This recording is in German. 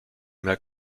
mehr